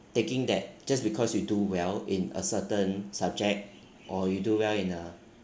taking that just because you do well in a certain subject or you do well in a